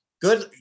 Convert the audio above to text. good